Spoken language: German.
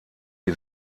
die